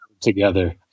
together